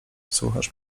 słuchasz